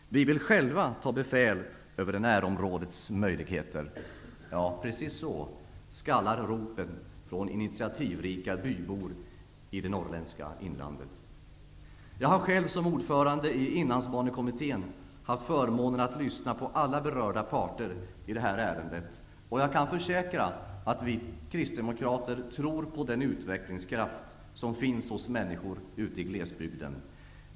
Vi vill själva ta befäl över närområdets möjligheter''. Så skallar ropen från initiativrika bybor i det norrländska inlandet. Jag har själv som ordförande i Inlandsbanekommittén haft förmånen att lyssna på alla berörda parter i ärendet, och jag kan försäkra att vi kristdemokrater tror på den utvecklingskraft som finns hos människor ute i glesbygden.